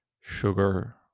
sugar